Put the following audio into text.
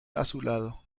azulado